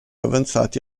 avanzati